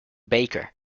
baker